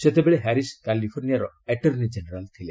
ସେତେବେଳେ ହାରିସ୍ କାଲିଫର୍ଣ୍ଣଆର attorney general ଥିଲେ